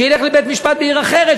שילך לבית-משפט בעיר אחרת,